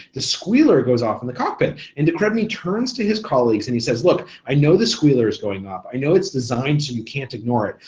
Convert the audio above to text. the squealer goes off in the cockpit. and de crespigny turns to his colleagues and he says look, i know the squealer is going off, i know it's designed so you can't ignore it,